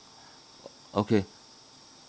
okay